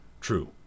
true